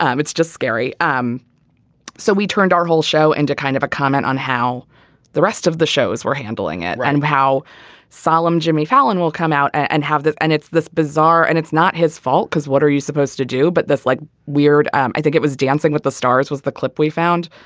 um it's just scary. um so we turned our whole show into kind of a comment on how the rest of the shows were handling it and how solemn jimmy fallon will come out and have. and it's this bizarre and it's not his fault because what are you supposed to do. but this like weird i think it was dancing with the stars was the clip we found.